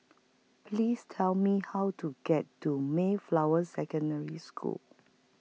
Please Tell Me How to get to Mayflower Secondary School